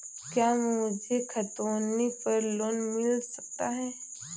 क्या मुझे खतौनी पर लोन मिल सकता है?